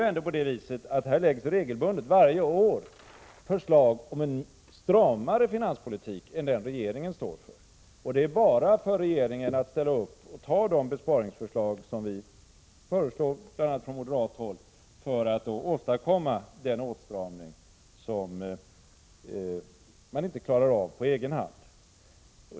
Här läggs ju ändå regelbundet varje år fram förslag om en stramare finanspolitik än den regeringen står för, och det är bara för regeringen att ställa upp och anta de besparingsförslag som vi föreslår, bl.a. från moderat håll, för att åstadkomma den åtstramning som man inte klarar av på egen hand.